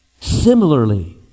Similarly